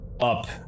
up